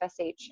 FSH